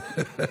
מרעב.